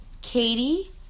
Katie